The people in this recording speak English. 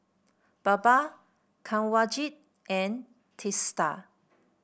Baba Kanwaljit and Teesta